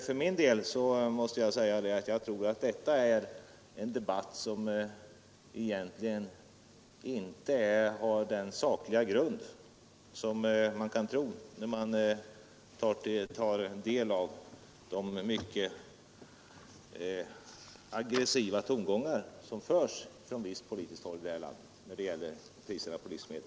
För min del tror jag att detta är en debatt som egentligen inte har den sakliga grund som man kan tro, när man tar del av de mycket aggressiva tongångar som hörs från visst politiskt håll här i landet när det gäller priserna på livsmedel.